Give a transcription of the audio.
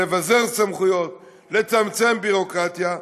לבזר סמכויות ולצמצם ביורוקרטיה,